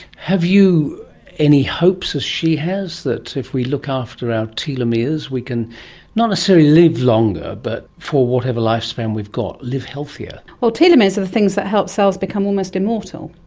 have you any hopes, as she has, that if we look after our telomeres we can not necessarily live longer, but, for whatever lifespan we've got, live healthier? well, telomeres are the things that help cells become almost immortal.